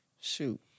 Shoot